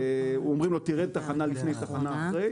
אומרים לו: "תרד בתחנה לפני או בתחנה אחרי",